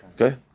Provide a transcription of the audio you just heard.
Okay